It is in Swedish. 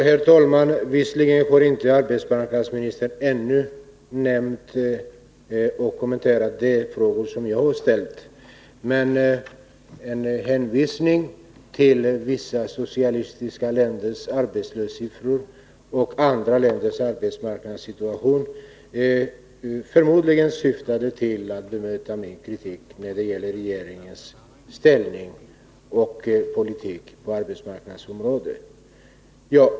Herr talman! Arbetsmarknadsministern har ännu inte kommenterat de frågor jag har ställt, men en hänvisning till vissa socialistiska länders arbetslöshetssiffror och andra länders arbetsmarknadssituation syftade förmodligen till att bemöta min kritik när det gällde regeringens inställning och politik på arbetsmarknadsområdet.